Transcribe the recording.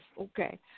Okay